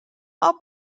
are